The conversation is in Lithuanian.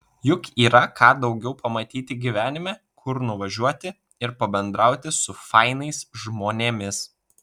juk yra ką daugiau pamatyti gyvenime kur nuvažiuoti ir pabendrauti su fainais žmonėmis